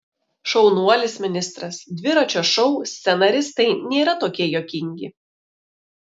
šaunuolis ministras dviračio šou scenaristai nėra tokie juokingi